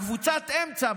קבוצת האמצע,